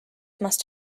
must